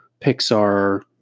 Pixar